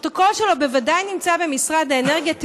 הפרוטוקול שלו בוודאי נמצא במשרד האנרגיה,